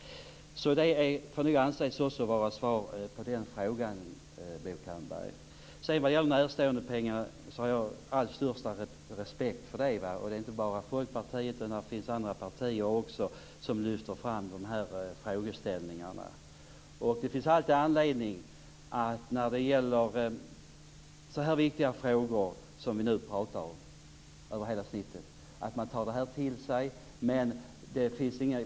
Detta får anses vara ett svar på När det gäller närståendepengarna har jag den största respekt. Det är inte bara Folkpartiet utan också andra partier som lyfter fram de här frågeställningarna. Det finns alltid anledning att i så viktiga frågor som de vi nu talar om rakt över ta till sig detta.